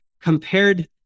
compared